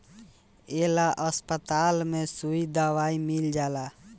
ए ला अस्पताल में सुई दवाई मील जाला